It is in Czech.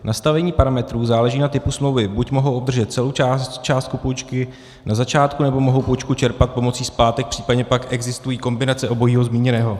Nastavení parametrů záleží na typu smlouvy, buď mohou obdržet celou částku půjčky na začátku, nebo mohou půjčku čerpat pomocí splátek, případně pak existují kombinace obojího zmíněného.